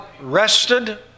rested